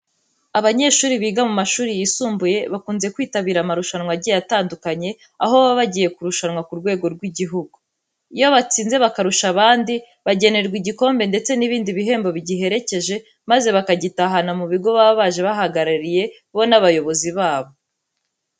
Abanyeshuri biga mu mashuri yisumbuye bakunze kwitabira amarushanwa agiye atandukanye, aho baba bagiye kurushanwa ku rwego rw'igihugu. Iyo batsinze bakarusha abandi, bagenerwa igikombe ndetse n'ibindi bihembo bigiherekeje maze bakagitahana mu bigo baba baje bahagarariye bo n'abayobozi babo.